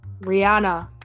Rihanna